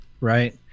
right